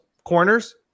Corners